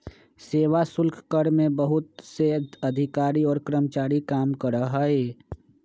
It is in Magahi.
सेवा शुल्क कर में बहुत से अधिकारी और कर्मचारी काम करा हई